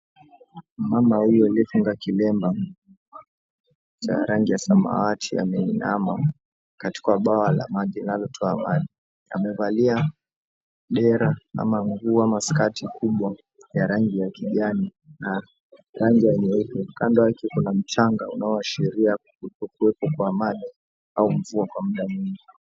Mama huyu aliyefunga kilemba cha rangi ya samawati aameinama katika bawa la maji linalotoa maji. Amevalia dera ama nguo ama skati kubwa ya rangi ya kijani na rangi ya nyeupe. Kando yake kuna mchanga unaoashiria kuwepo kwa maji au mvua kwa muda mwingi.